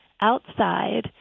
outside